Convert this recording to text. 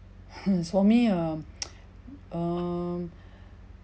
as for me um err